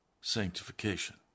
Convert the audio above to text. sanctification